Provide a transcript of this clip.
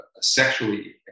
sexually